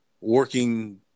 working